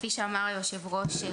כפי שאמר היושב-ראש,